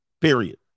period